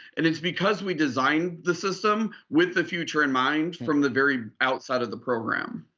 and it's because we designed the system with the future in mind from the very outset of the program.